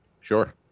Sure